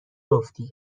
گفتی